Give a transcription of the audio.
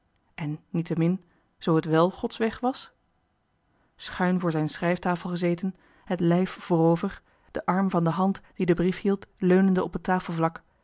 en niettemin zoo het wel gods weg was schuin voor zijn schrijftafel gezeten het lijf voorover met den arm van de hand die den brief hield leunende op het